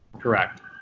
Correct